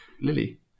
Lily